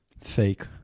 Fake